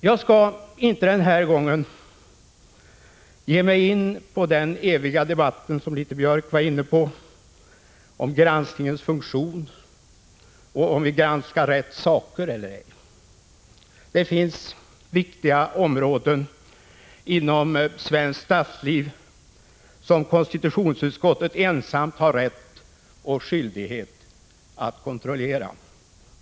Jag skall inte denna gång ge mig in på den eviga debatt som Anders Björck var inne på, den om granskningens funktion och om vi granskar rätt saker eller ej. Det finns viktiga områden inom svenskt statsliv som konstitutionsutskottet ensamt har rätt och skyldighet att kontrollera.